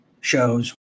shows